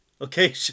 okay